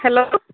hello